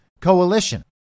coalition